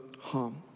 harm